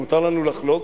אם מותר לנו לחלוק.